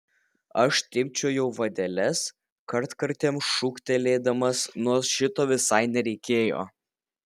aš timpčiojau vadeles kartkartėm šūktelėdamas nors šito visai nereikėjo